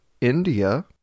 India